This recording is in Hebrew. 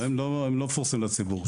הם לא מפורסמים לציבור.